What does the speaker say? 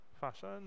fashion